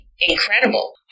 incredible